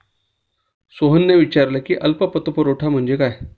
सोहनने विचारले अल्प पतपुरवठा म्हणजे काय?